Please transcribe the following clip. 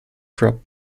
crop